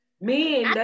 men